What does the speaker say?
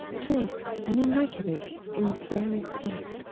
chaste, and immaculate in very thought,